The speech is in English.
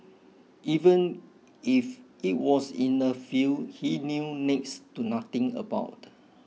even if it was in a field he knew next to nothing about